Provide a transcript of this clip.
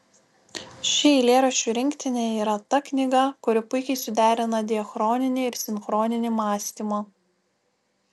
ši eilėraščių rinktinė yra ta knyga kuri puikiai suderina diachroninį ir sinchroninį mąstymą